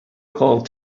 called